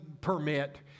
permit